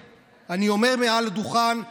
ואני אומר לאותם אנשים שקוראים לנו "שנאת